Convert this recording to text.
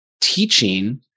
teaching